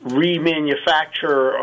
remanufacture